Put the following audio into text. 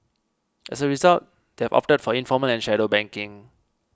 as a result they've opted for informal and shadow banking